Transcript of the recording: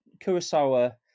Kurosawa